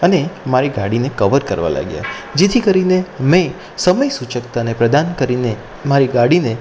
અને મારી ગાડીને કવર કરવા લાગ્યા જેથી કરીને મેં સમય સૂચકતાને પ્રદાન કરીને મારી ગાડીને